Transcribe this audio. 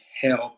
help